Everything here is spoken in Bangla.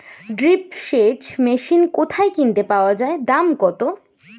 ড্রিপ সেচ মেশিন কোথায় কিনতে পাওয়া যায় দাম কত?